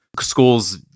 schools